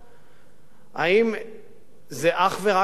האם זה אך ורק הגז ממצרים?